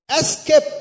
Escape